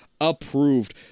approved